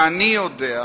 ואני יודע,